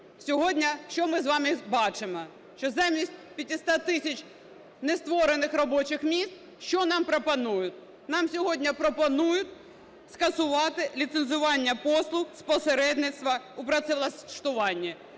Сьогодні що ми з вами бачимо? Що замість 500 тисяч нестворених робочих місць що нам пропонують? Нам сьогодні пропонують скасувати ліцензування послуг з посередництва у працевлаштуванні.